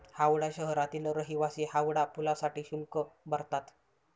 हावडा शहरातील रहिवासी हावडा पुलासाठी शुल्क भरतात